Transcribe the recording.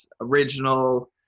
original